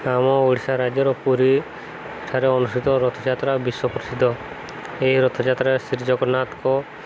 ଆମ ଓଡ଼ିଶା ରାଜ୍ୟର ପୁରୀଠାରେ ଅନୁଷ୍ଠିତ ରଥଯାତ୍ରା ବିଶ୍ୱ ପ୍ରସିଦ୍ଧ ଏହି ରଥଯାତ୍ରାରେ ଶ୍ରୀ ଜଗନ୍ନାଥଙ୍କ